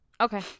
Okay